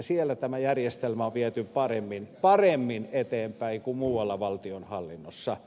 siellä tämä järjestelmä on viety paremmin eteenpäin kuin muualla valtionhallinnossa